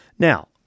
Now